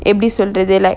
episode do they like